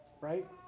right